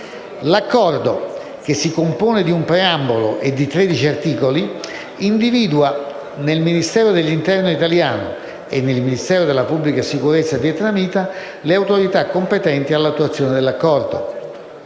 L'Accordo, che si compone di un preambolo e di 13 articoli, individua il Ministero dell'interno italiano e il Ministero della pubblica sicurezza vietnamita come autorità competenti alla sua attuazione.